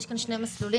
יש כאן שני מסלולים.